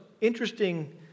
interesting